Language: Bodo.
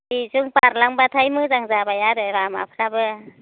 बेजों बारलांबाथाय मोजां जाबाय आरो लामाफ्राबो